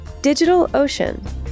DigitalOcean